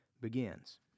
begins